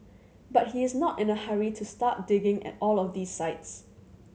but he is not in a hurry to start digging at all of these sites